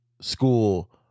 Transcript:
school